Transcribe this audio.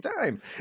time